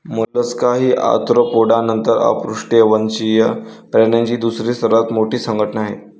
Mollusca ही Arthropoda नंतर अपृष्ठवंशीय प्राण्यांची दुसरी सर्वात मोठी संघटना आहे